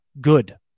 good